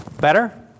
Better